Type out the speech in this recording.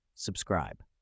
subscribe